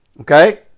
Okay